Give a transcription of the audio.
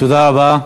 תודה רבה.